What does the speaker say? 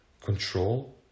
control